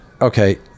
Okay